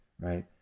Right